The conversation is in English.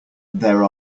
there